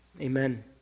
amen